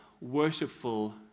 worshipful